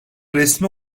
resmi